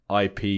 IP